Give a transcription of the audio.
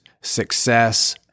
success